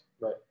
right